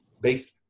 based